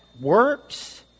works